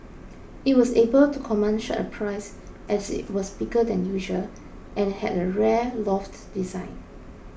it was able to command such a price as it was bigger than usual and had a rare loft design